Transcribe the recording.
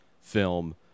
film